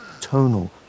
tonal